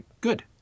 Good